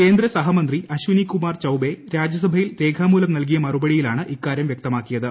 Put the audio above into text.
കേന്ദ്ര സഹമന്ത്രി അശ്വനി കുമാർ ചൌബേ രാജ്യസഭയിൽ രേഖാമൂലം നൽകിയ മറുപടിയിലാണ് ഇക്കാര്യം വൃക്തമാക്കിയത്